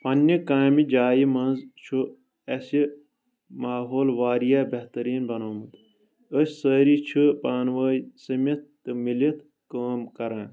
پننہِ کامہِ جایہِ منٛز چھُ اسہِ ماحول واریاہ بہتریٖن بنوٚومُت أسۍ سٲری چھِ پانہٕ وٲنۍ سمتھ تہٕ ملتھ کٲم کران